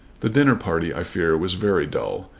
the dinner party i fear was very dull.